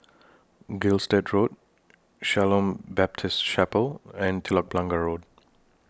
Gilstead Road Shalom Baptist Chapel and Telok Blangah Road